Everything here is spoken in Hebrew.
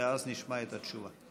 ואז נשמע את התשובה.